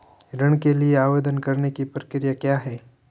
ऋण के लिए आवेदन करने की प्रक्रिया क्या है?